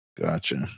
Gotcha